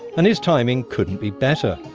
and his timing couldn't be better.